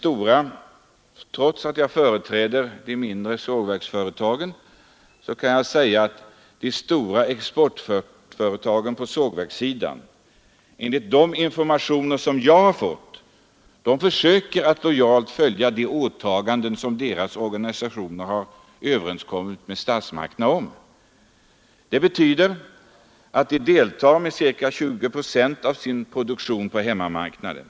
Trots att jag företräder de mindre sågverksföretagen, kan jag säga att också de stora exportföretagen på sågverkssidan enligt de informationer jag har fått försöker att lojalt följa de åtaganden som deras organisationer har överenskommit om med statsmakterna. Det betyder att exportföretagen avsätter ca 20 procent av sin produktion på hemmamarknaden.